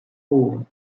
pool